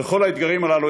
בכל האתגרים הללו,